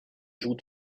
joue